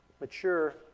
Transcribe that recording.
mature